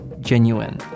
genuine